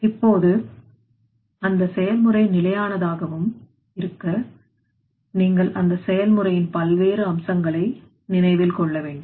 இப்போது அந்த செயல்முறை நிலையானதாகவும் இருக்க நீங்கள் அந்த செயல்முறையின் பல்வேறு அம்சங்களை நினைவில் கொள்ளவேண்டும்